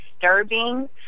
disturbing